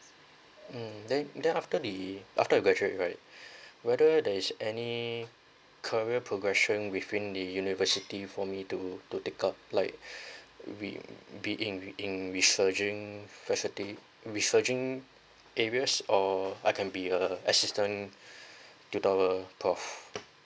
mm then then after the after you graduate right whether there is any career progression within the university for me to to take up like we being within researching facility researching areas or I can be a assistant uh to the our prof